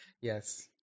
Yes